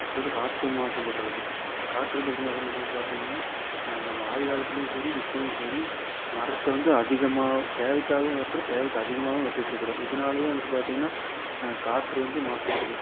first வந்து காற்று மாசுபடுகிறது காற்று வந்து எப்படி மாசுபடுதுன்னு பார்த்தீங்கனா நம்ம ஆதிகாலத்துலையும் சரி இப்போவும் சரி மரத்தை வந்து அதிகமாக தேவைக்காகவும் வெட்டுறோம் தேவைக்கு அதிகமாகவும் வெட்டிகிட்டு இருக்கிறோம் இதனாலையே வந்துவிட்டு பார்த்தீங்கனா காற்று வந்து மாசுபடுது